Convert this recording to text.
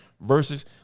versus